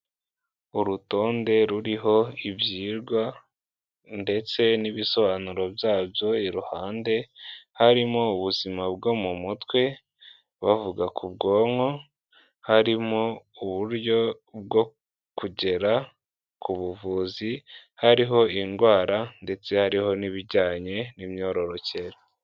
Urutonde ruriho ibyigwa ndetse n'ibisobanuro byabyo, iruhande harimo ubuzima bwo mu mutwe, bavuga ku bwonko, harimo uburyo bwo kugera ku buvuzi, hariho indwara ndetse hariho n'ibijyanye n'imyororokere.